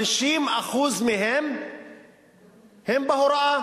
50% מהם הם בהוראה.